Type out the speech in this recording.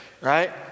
right